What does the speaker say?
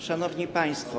Szanowni Państwo!